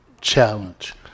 challenge